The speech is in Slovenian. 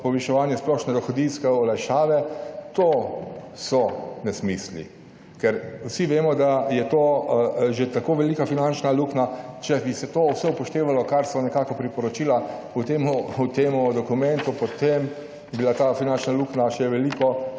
poviševanje splošne dohodninske olajšave. To so nesmisli, ker vsi vemo, da je to že tako velika finančna luknja. Če bi se to vse upoštevalo, kar so nekako priporočila potem v temu dokumentu, potem bi bila ta finančna luknja še veliko,